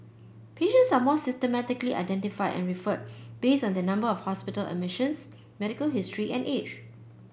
patients are more systematically identified and referred based on their number of hospital admissions medical history and age